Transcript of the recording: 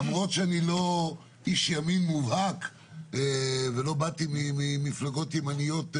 למרות שאני לא איש ימין מובהק ולא באתי ממפלגות ימניות מובהקות,